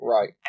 Right